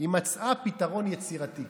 היא מצאה פתרון יצירתי.